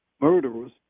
murderers